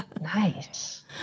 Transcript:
Nice